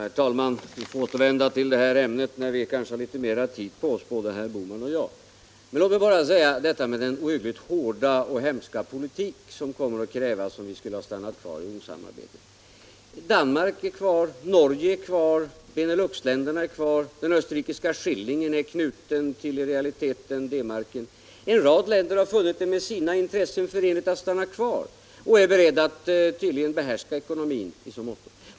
Herr talman! Vi får återvända till det här ämnet när vi har litet mer tid på oss, både herr Bohman och jag. Låt mig bara med anledning av talet om den ohyggligt hårda och hemska politik som skulle ha krävts om vi stannat kvar i ormsamarbetet påpeka att Danmark är kvar, Norge är kvar, Beneluxländerna är kvar och den österrikiska schillingen är i realiteten knuten till D-marken. En rad länder har funnit det med sina intressen förenligt att stanna kvar i ormen och är tydligen beredda ätt behärska ekonomin i så måtto.